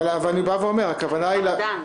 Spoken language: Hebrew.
אבל אני בא ואומר: הכוונה היא --- הרמדאן.